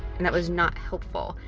and that was not helpful.